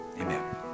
amen